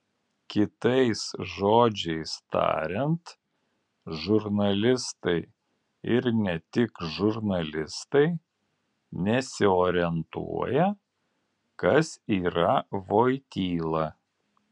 kitais žodžiais tariant žurnalistai ir ne tik žurnalistai nesiorientuoja kas yra voityla